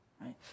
right